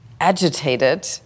agitated